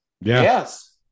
Yes